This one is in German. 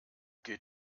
geht